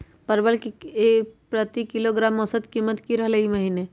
परवल के प्रति किलोग्राम औसत कीमत की रहलई र ई महीने?